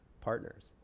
partners